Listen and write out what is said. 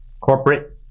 corporate